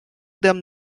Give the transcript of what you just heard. them